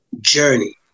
journey